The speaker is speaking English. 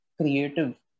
creative